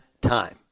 time